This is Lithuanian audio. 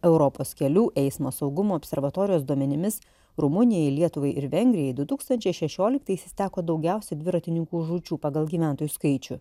europos kelių eismo saugumo observatorijos duomenimis rumunijai lietuvai ir vengrijai du tūkstančiai šešioliktaisiais teko daugiausiai dviratininkų žūčių pagal gyventojų skaičių